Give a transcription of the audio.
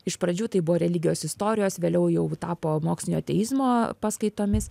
iš pradžių tai buvo religijos istorijos vėliau jau tapo mokslinio ateizmo paskaitomis